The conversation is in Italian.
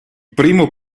primo